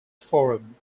forum